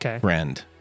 friend